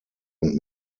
und